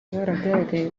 bagaragaye